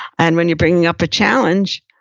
and when you're bringing up a challenge,